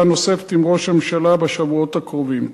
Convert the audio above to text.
נוספת עם ראש הממשלה בשבועות הקרובים.